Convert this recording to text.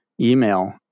email